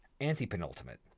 Anti-penultimate